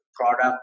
product